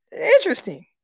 interesting